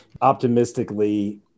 Optimistically